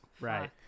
Right